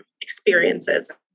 experiences